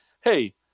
hey